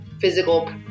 physical